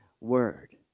word